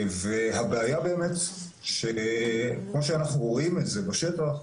הבעיה באמת כמו שאנחנו רואים את זה בשטח,